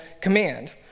command